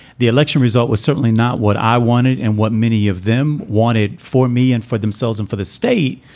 the election result was certainly not what i wanted. and what many of them wanted for me and for themselves and for the state.